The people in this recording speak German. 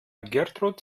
gertrud